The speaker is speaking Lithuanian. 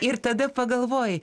ir tada pagalvoji